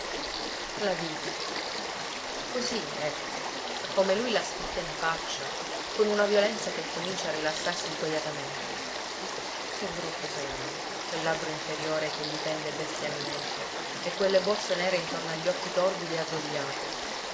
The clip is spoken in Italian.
la vita così ecco come lui l'ha scritta in faccia con una violenza che comincia a rilassarsi sguajatamente che brutto segno quel labbro inferiore che gli pende bestialmente e quelle borse nere intorno agli occhi torbidi e